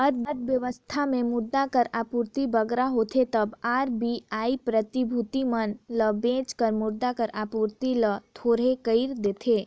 अर्थबेवस्था में मुद्रा कर आपूरति बगरा होथे तब आर.बी.आई प्रतिभूति मन ल बेंच कर मुद्रा कर आपूरति ल थोरहें कइर देथे